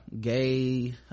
gay